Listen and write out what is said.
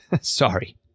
Sorry